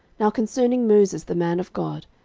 now concerning moses the man of god,